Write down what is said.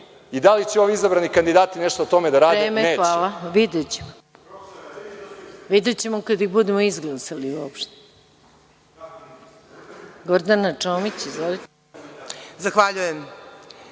Da li će izabrani kandidati nešto o tome da rade? Neće.